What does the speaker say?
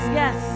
yes